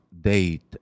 date